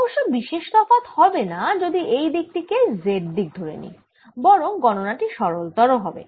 অবশ্য বিশেষ তফাত হবেনা যদি এই দিক টি z দিক ধরে নিই বরং গণনা টি সরলতর হবে